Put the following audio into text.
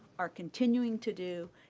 are continuing to do,